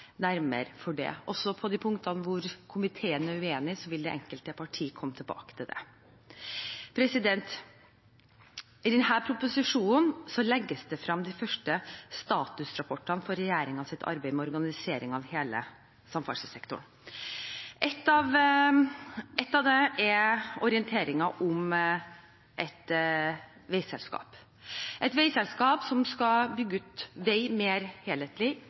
nærmere for det. Også på de punktene hvor komiteen er uenig, vil det enkelte parti komme tilbake til det. I denne proposisjonen legges frem de første statusrapportene for regjeringens arbeid med organisering av hele samferdselssektoren. En av dem er orienteringen om et veiselskap, et veiselskap som skal bygge ut vei mer helhetlig,